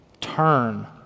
turn